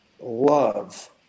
love